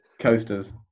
coasters